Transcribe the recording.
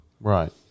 Right